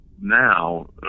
now